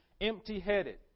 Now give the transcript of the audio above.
empty-headed